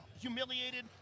humiliated